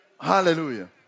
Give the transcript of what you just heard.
Hallelujah